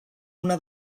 una